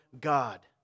God